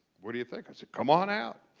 what do you think? i said, come on out.